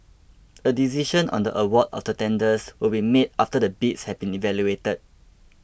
a decision on the award of the tenders will be made after the bids have been evaluated